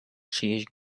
czyjeś